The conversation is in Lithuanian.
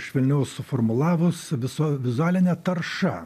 švelniau suformulavus viso vizualine tarša